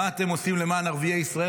מה אתם עושים למען ערביי ישראל?